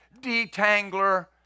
detangler